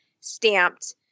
stamped